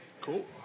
Cool